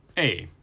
a,